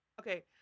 okay